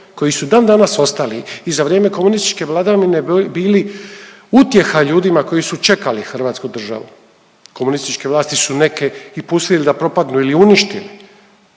koji su dan danas ostali i za vrijeme komunističke vladavine bili utjeha ljudima koji su čekali hrvatsku državu. Komunističke vlasti su neke i pustili da propadnu ili uništili,